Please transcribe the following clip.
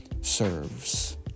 serves